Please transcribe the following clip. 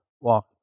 walk